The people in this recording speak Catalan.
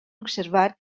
observar